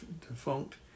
defunct